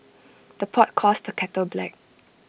the pot calls the kettle black